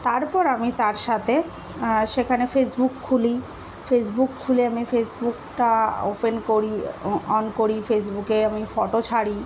তারপর আমি তার সাথে সেখানে ফেসবুক খুলি ফেসবুক খুলে আমি ফেসবুকটা ওপেন করি অন করি ফেসবুকে আমি ফটো ছাড়ি